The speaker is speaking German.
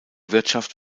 wirtschaft